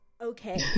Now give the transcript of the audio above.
okay